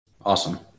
Awesome